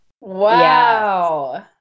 Wow